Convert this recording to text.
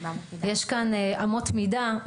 יש כאן אמות מידה,